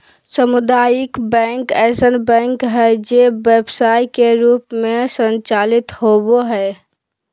सामुदायिक बैंक ऐसन बैंक हइ जे व्यवसाय के रूप में संचालित होबो हइ